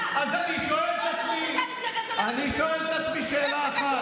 אז אני שואל את עצמי שאלה אחת,